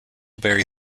very